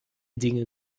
dinge